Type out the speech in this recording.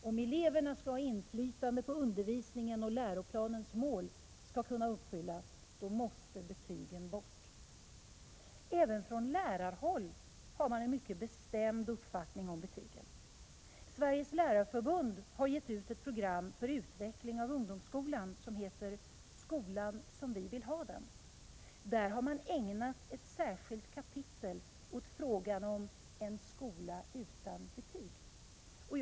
Om eleverna skall ha inflytande på undervisningen och läroplanens mål skall kunna uppfyllas måste betygen bort. Även på lärarhåll har man en mycket bestämd uppfattning om betygen. Sveriges lärarförbund har gett ut ett program för utveckling av ungdomsskolan som heter Skolan som vi vill ha den. Där har man ägnat ett särskilt kapitel åt frågan om en skola utan betyg.